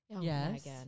Yes